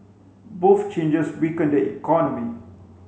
both changes weaken the economy